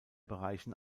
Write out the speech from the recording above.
bereichen